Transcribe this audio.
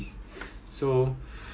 which like a bit